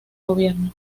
gobierno